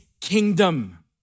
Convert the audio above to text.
kingdom